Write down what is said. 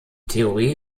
theorie